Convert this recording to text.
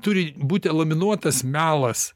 turi būt eliminuotas melas